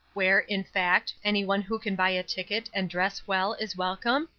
where, in fact, anyone who can buy a ticket and dress well is welcome?